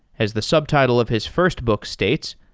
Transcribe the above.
as the subtitle of his first book states,